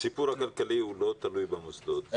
הסיפור הכלכלי לא תלוי במוסדות.